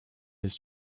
his